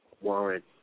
warrant